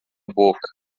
boca